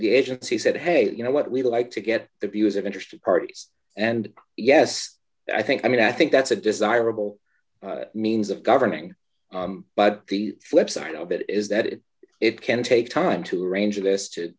the agency said hey you know what we like to get the views of interested parties and yes i think i mean i think that's a desirable means of governing but the flipside of it is that it can take time to arrange this to